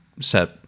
set